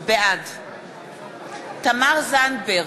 בעד תמר זנדברג,